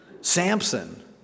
Samson